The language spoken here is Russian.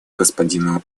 господину